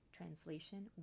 Translation